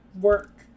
work